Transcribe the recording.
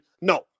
No